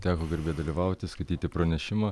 teko garbė dalyvauti skaityti pranešimą